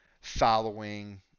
following